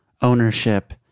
ownership